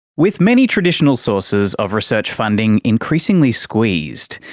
with many traditional sources of research funding increasingly squeezed,